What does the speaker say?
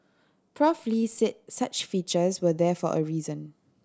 Prof Lee said such features were there for a reason